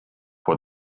for